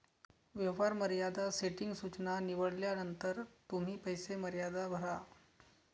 व्यवहार मर्यादा सेटिंग सूचना निवडल्यानंतर तुम्ही पैसे मर्यादा भरा